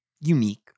unique